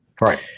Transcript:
Right